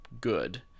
good